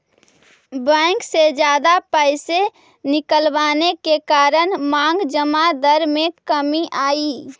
bank से जादा पैसे निकलवाने के कारण मांग जमा दर में कमी आई